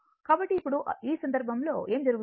కాబట్టి ఇప్పుడు ఆ సందర్భంలో ఏమి జరుగుతుంది